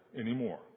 anymore